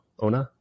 Ona